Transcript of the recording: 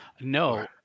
No